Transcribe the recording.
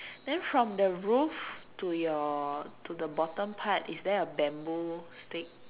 then from the roof to your to the bottom part is there a bamboo stick